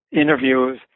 interviews